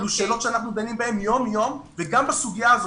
אלה שאלות שאנחנו דנים בהן יום יום וגם בסוגיה הזאת